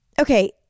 okay